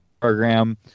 program